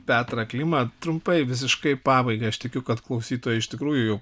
petrą klimą trumpai visiškai pabaigai aš tikiu kad klausytojai iš tikrųjų